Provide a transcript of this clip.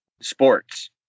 sports